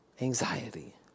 anxiety